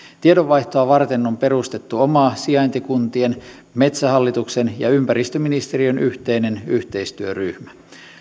tiedonvaihtoa varten on perustettu oma sijaintikuntien metsähallituksen ja ympäristöministeriön yhteinen yhteistyöryhmä